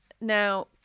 Now